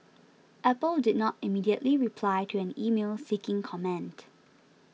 Apple did not immediately reply to an email seeking comment